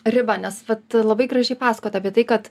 riba nes vat labai gražiai pasakojot apie tai kad